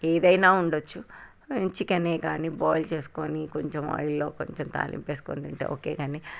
ఏదైనా ఉండచ్చు చికెన్ ఏ కానీ బాయిల్ చేసుకుని కొంచెం ఆయిల్లో కొంచెం తాలింపు వేసుకొని తింటే ఓకే కానీ